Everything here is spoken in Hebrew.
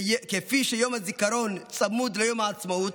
כפי שיום הזיכרון צמוד ליום העצמאות,